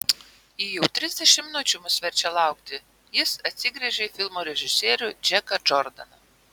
ji jau trisdešimt minučių mus verčia laukti jis atsigręžė į filmo režisierių džeką džordaną